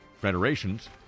federations